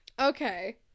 Okay